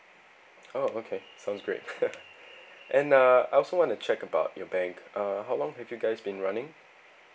oh okay sounds great and uh I also want to check about your bank uh how long have you guys been running